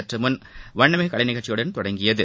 சற்றுமுன் வண்ணமிகு கலைநிகழ்ச்சிகளுடன் தொடங்கியது